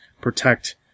protect